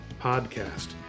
podcast